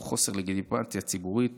או חוסר לגיטימציה ציבורית